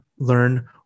learn